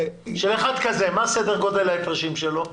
אחד כזה, מה סדר גודל ההפרשים שלו?